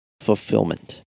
fulfillment